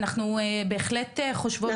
אני יודעת שמאחורי הקלעים כן נעשים דברים חשובים